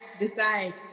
decide